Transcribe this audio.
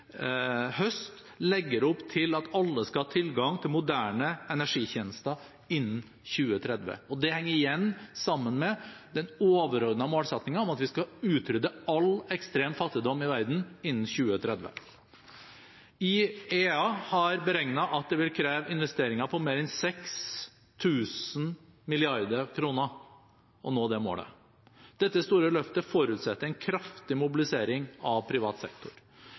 høst, legger opp til at alle skal ha tilgang til moderne energitjenester innen 2030. Det henger igjen sammen med den overordnede målsettingen om at vi skal utrydde all ekstrem fattigdom i verden innen 2030. IEA har beregnet at det vil kreve investeringer på mer enn 6 000 mrd. kr for å nå det målet. Dette store løftet forutsetter en kraftig mobilisering av privat sektor.